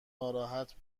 ناراحت